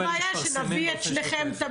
הנתונים האלה מתפרסמים באופן שוטף.